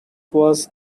was